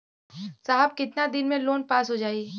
साहब कितना दिन में लोन पास हो जाई?